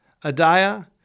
Adiah